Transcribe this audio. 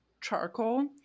charcoal